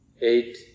eight